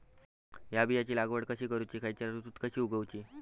हया बियाची लागवड कशी करूची खैयच्य ऋतुत कशी उगउची?